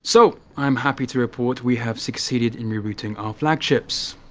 so i'm happy to report we have succeeded in rerouting our flagships.